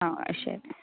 ആ ശരി